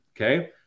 okay